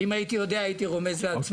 אם הייתי יודע הייתי רומז לעצמי.